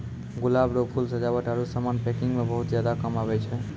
गुलाब रो फूल सजावट आरु समान पैकिंग मे बहुत ज्यादा काम आबै छै